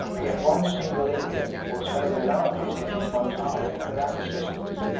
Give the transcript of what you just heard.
yet one single indian will stow the largest in his montaria without assistance.